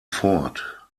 fort